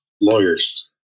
lawyers